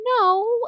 no